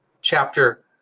chapter